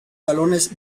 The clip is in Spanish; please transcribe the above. salones